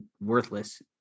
worthless